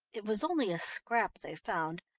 it was only a scrap they found,